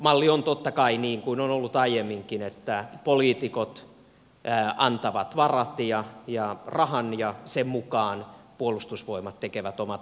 malli on totta kai niin kuin on ollut aiemminkin että poliitikot antavat varat ja rahan ja sen mukaan puolustusvoimat tekee omat ratkaisunsa